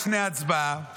לפני ההצבעה,